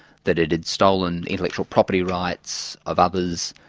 that it had stolen intellectual property rights of others.